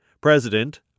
President